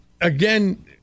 again